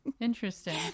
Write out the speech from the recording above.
Interesting